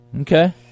Okay